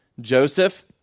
Joseph